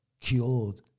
cured